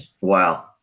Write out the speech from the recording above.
Wow